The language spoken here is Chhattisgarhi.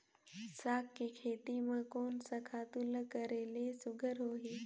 साग के खेती म कोन स खातु ल करेले सुघ्घर होही?